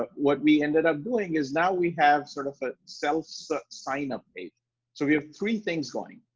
but what we ended up doing is now we have sort of a self sign up page, so we have three things going.